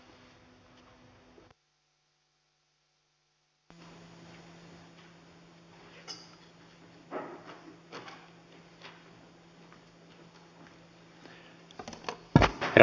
herra puhemies